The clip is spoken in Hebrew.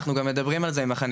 אנחנו גם מדברים על זה עם החניכים,